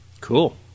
Cool